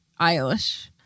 Eilish